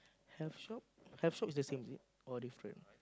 health shop health shop is the same thing or different